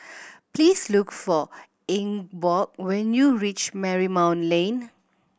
please look for Ingeborg when you reach Marymount Lane